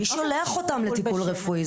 מי שולח אותם לטיפול רפואי?